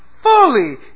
Fully